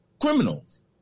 criminals